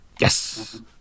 Yes